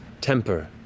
temper